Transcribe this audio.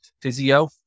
physio